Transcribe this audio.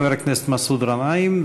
חבר הכנסת מסעוד גנאים,